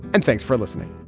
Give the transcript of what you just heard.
and thanks for listening